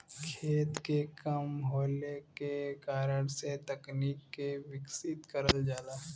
खेत के कम होले के कारण से तकनीक के विकसित करल जाला